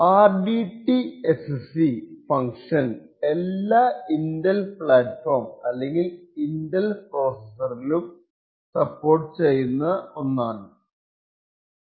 rdtsc function എല്ലാ Intel platform അല്ലെങ്കിൽ Intel processor support ചെയ്യുന്ന rdtsc ഇൻസ്ട്രക്ഷൻ ആണ് ഉപയോഗിക്കുന്നത്